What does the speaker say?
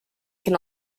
can